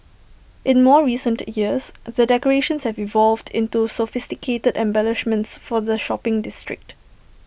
in more recent years the decorations have evolved into sophisticated embellishments for the shopping district